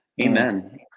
Amen